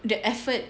the effort